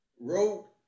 wrote